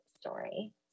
story